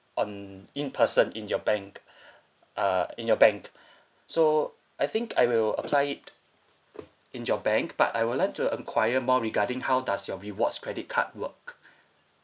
on in person in your bank uh in your bank so I think I will apply it in your bank but I would like to inquire more regarding how does your rewards credit card work